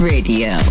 Radio